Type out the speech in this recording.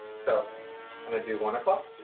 so i'm gonna do one o'clock